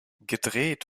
gedreht